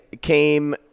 came